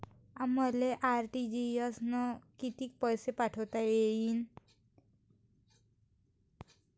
मले आर.टी.जी.एस न कितीक पैसे पाठवता येईन?